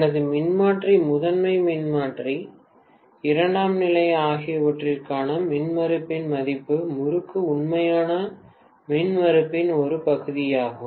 எனது மின்மாற்றி முதன்மை மின்மாற்றி இரண்டாம்நிலை ஆகியவற்றிற்கான மின்மறுப்பின் மதிப்பு முறுக்கு உண்மையான மின்மறுப்பின் ஒரு பகுதியாகும்